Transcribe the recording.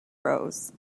rose